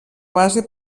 base